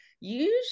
usually